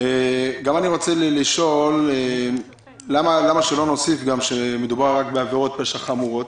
רוצה לשאול למה שלא נוסיף שמדובר רק בעבירות פשע חמורות.